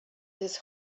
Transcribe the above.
his